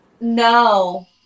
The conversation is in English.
no